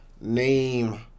Name